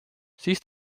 siis